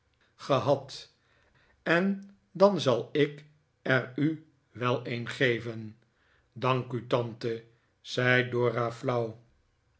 gehad en dan zal ik er u wel een geven dank u tante zei dora flauw